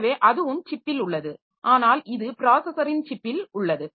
எனவே அதுவும் சிப்பில் உள்ளது ஆனால் இது பிராஸஸரின் சிப்பில் உள்ளது